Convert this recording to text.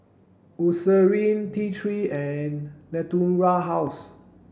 T three and Natura House